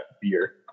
beer